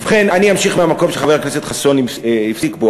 ובכן, אני אמשיך מהמקום שחבר הכנסת חסון הפסיק בו.